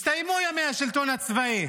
הסתיימו ימי השלטון הצבאי